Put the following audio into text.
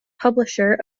publisher